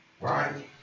Right